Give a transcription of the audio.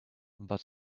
but